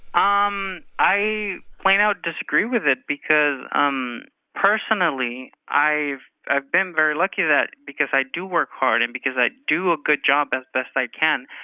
ah um i plain out disagree with it because um personally, i've i've been very lucky that because i do work hard and because i do a good job, as best i can,